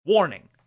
Warning